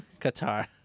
Qatar